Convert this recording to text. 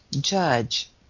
judge